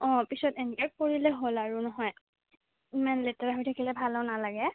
অঁ পিছত এনেকৈ কৰিলে হ'ল আৰু নহয় ইমান লেতেৰা হৈ থাকিলে ভালো নালাগে